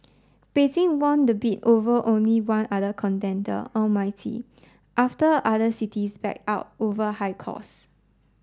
Beijing won the bid over only one other contender Almaty after other cities backed out over high cause